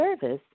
service